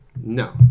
No